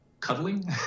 cuddling